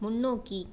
முன்னோக்கி